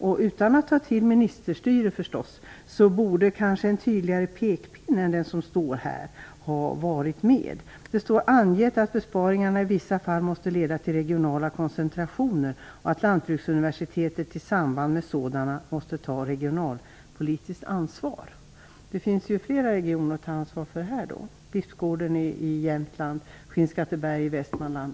En tydligare pekpinne än den som finns i budgetpropositionen borde ha varit med, utan att man tar till ministerstyre, förstås. Regeringen har i budgetpropositionen angett att besparingarna i vissa fall måste leda till regionala koncentrationer och att Lantbruksuniversitetet i samband med sådana måste ta ett regionalpolitiskt ansvar. Det finns flera regioner att ta ansvar för - Bispgården i Jämtland,